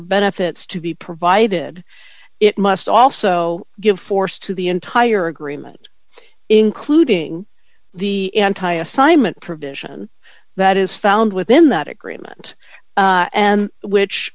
benefits to be provided it must also give force to the entire agreement including the anti assignment provision that is found within that agreement and which